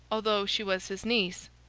although she was his niece.